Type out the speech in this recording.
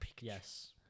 yes